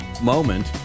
moment